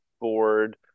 board